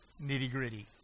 Nitty-gritty